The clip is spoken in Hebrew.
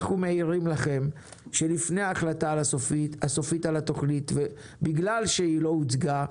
אנחנו מעירים לכם שלפני ההחלטה הסופית על התכנית ובגלל שהיא לא הוצגה,